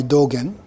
Dogen